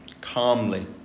calmly